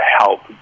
help